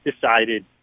decided